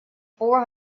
four